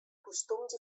costums